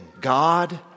God